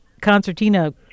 concertina